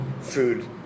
food